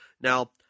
Now